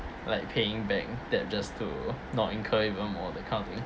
like paying bank that just to not incur even more that kind of thing